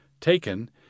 taken